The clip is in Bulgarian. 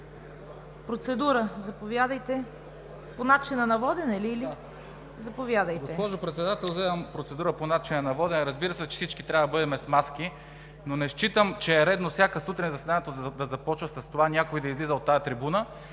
водене – заповядайте. ГЕОРГИ СВИЛЕНСКИ (БСП за България): Госпожо Председател, вземам процедура по начина на водене. Разбира се, че всички трябва да бъдем с маски, но не считам, че е редно всяка сутрин заседанието да започва с това някой да излиза на тази трибуна